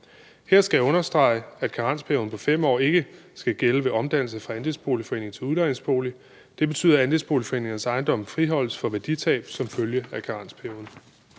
Her skal jeg understrege, at karensperioden på 5 år ikke skal gælde ved omdannelse fra andelsboligforening til udlejningsbolig. Det betyder at andelsboligforeningernes ejendomme friholdes fra værditab som følge af karensperioden.